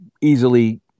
easily